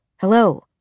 hello